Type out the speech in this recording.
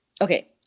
okay